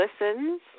listens